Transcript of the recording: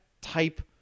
type